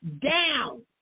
down